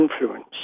influence